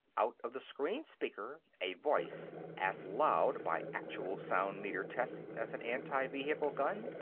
out of the screen-speaker a voice, as loud, by actual sound-meter test, as an anti-vehicle gun,